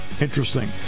interesting